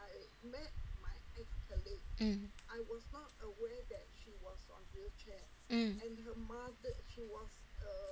mm mm